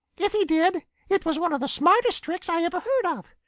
if he did, it was one of the smartest tricks i ever heard of.